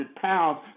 pounds